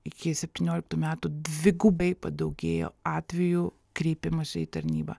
iki septynioliktų metų dvigubai padaugėjo atvejų kreipimosi į tarnybą